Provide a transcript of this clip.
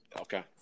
Okay